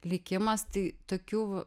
likimas tai tokių